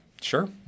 sure